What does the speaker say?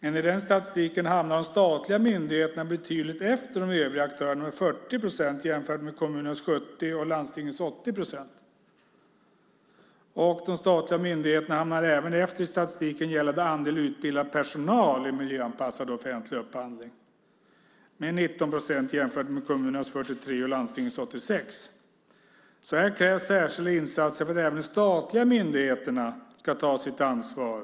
Enligt den statistiken hamnar de statliga myndigheterna betydligt efter de övriga aktörerna, 40 procent jämfört med kommunernas 70 procent och landstingens 80 procent. De statliga myndigheterna hamnar efter i statistiken även när det gäller andelen utbildad personal i miljöanpassad offentlig upphandling, 19 procent jämfört med kommunernas 43 procent och landstingens 86 procent. Här krävs särskilda insatser så att även de statliga myndigheterna ska ta sitt ansvar.